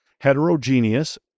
heterogeneous